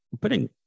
putting